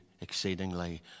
exceedingly